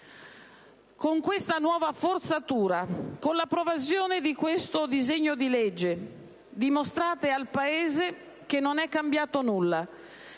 Con questa nuova forzatura e con l'approvazione di questo disegno di legge dimostrate al Paese che non è cambiato nulla